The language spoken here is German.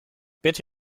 bitte